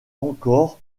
encore